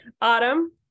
Autumn